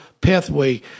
pathway